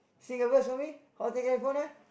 sing a verse for me Hotel California